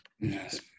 Yes